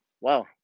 wow